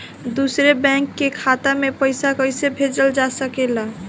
दूसरे बैंक के खाता में पइसा कइसे भेजल जा सके ला?